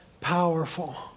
powerful